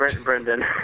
Brendan